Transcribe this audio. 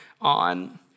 on